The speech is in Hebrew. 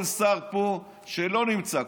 כל שר פה שלא נמצא,